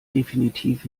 definitiv